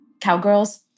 Cowgirls